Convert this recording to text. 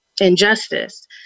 injustice